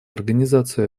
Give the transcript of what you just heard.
организацию